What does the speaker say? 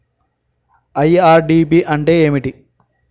IRDP అంటే ఏమిటి?